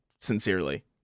sincerely